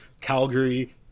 calgary